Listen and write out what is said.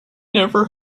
never